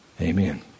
Amen